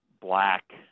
black